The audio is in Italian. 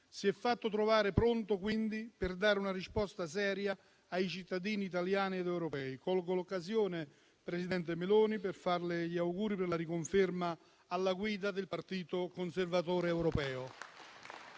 Si è fatto trovare pronto, quindi, per dare una risposta seria ai cittadini italiani ed europei. Colgo l'occasione, presidente Meloni, per farle gli auguri per la riconferma alla guida del Partito dei Conservatori e